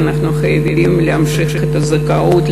אנחנו חייבים להמשיך את הזכאות,